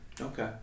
Okay